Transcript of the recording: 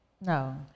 No